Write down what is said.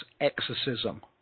exorcism